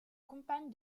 campagne